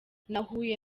nahuye